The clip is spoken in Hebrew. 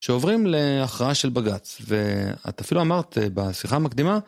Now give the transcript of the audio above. כשעוברים להכרעה של בג"ץ, ואת אפילו אמרת בשיחה המקדימה.